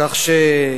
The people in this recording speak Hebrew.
תקרא,